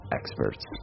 experts